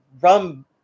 rum